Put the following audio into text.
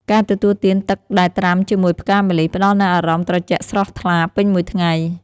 ការទទួលទានទឹកដែលត្រាំជាមួយផ្កាម្លិះ ផ្តល់នូវអារម្មណ៍ត្រជាក់ស្រស់ថ្លាពេញមួយថ្ងៃ។